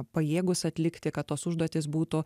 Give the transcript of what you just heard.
pajėgūs atlikti kad tos užduotys būtų